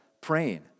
praying